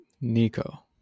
Nico